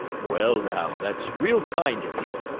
well, now, that's real kind of ye,